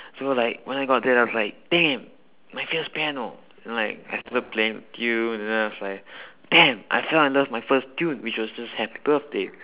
so like when I got it I was like damn my first piano and like I started playing the tune and then I was like damn I fell in love with my first tune which was just happy birthday